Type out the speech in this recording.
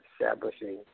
establishing